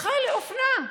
הפכה לאופנה.